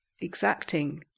exacting